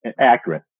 Accurate